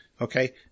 Okay